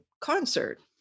concert